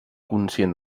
conscient